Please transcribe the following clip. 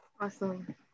Awesome